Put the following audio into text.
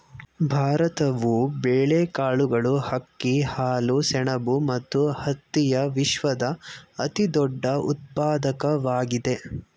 ಭಾರತವು ಬೇಳೆಕಾಳುಗಳು, ಅಕ್ಕಿ, ಹಾಲು, ಸೆಣಬು ಮತ್ತು ಹತ್ತಿಯ ವಿಶ್ವದ ಅತಿದೊಡ್ಡ ಉತ್ಪಾದಕವಾಗಿದೆ